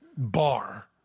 Bar